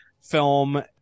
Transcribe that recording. film